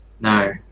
No